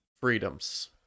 freedoms